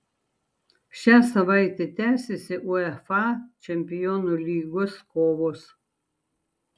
šią savaitę tęsiasi uefa čempionų lygos kovos